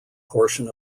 portion